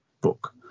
book